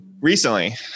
Recently